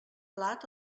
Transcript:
plat